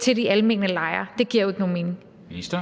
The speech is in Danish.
til de almene lejere. Det giver jo ikke nogen mening. Kl.